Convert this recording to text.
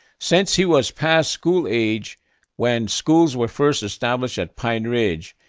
since he was past school age when schools were first established at pine ridge,